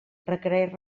requereix